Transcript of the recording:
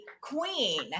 queen